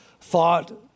thought